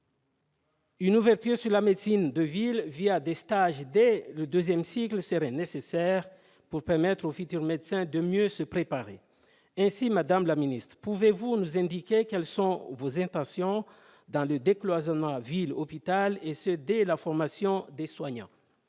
Une ouverture sur la médecine de ville, des stages dès le deuxième cycle, serait nécessaire pour permettre aux futurs médecins de mieux se préparer. Madame la ministre, pouvez-vous nous indiquer quelles sont vos intentions dans le décloisonnement ville-hôpital, et ce dès la formation des soignants ?